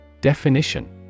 Definition